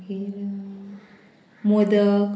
मागीर मोदक